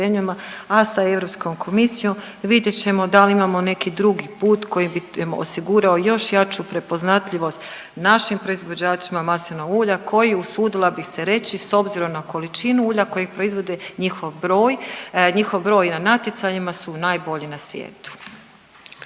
a sa EK vidjet ćemo da li imamo neki drugi put koji bi osigurao još jaču prepoznatljivost našim proizvođačima maslinova ulja koji, usudila bih se reći, s obzirom na količinu ulja kojeg proizvode, njihov broj, njihov broj i na natjecanjima su najbolji na svijetu.